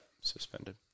suspended